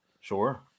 Sure